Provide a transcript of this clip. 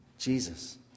Jesus